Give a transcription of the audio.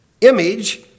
image